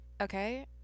Okay